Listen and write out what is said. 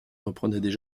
reprenait